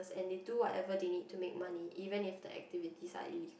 and they do whatever they need to make money even if the activities are ille~